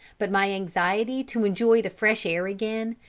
but my anxiety to enjoy the fresh air again,